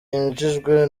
yinjijwe